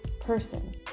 person